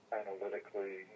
analytically